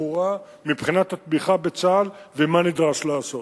וברורה מבחינת התמיכה בצה"ל ומה נדרש לעשות.